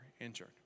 injured